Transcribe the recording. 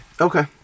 Okay